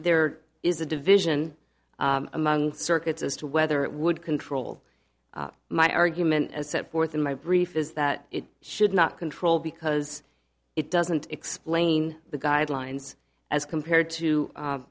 there is a division among the circuits as to whether it would control my argument as set forth in my brief is that it should not control because it doesn't explain the guidelines as compared to